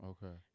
Okay